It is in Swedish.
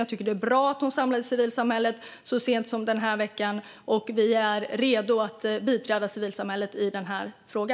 Jag tycker att det är bra att hon samlade civilsamhället så sent som den här veckan. Vi är redo att biträda civilsamhället i denna fråga.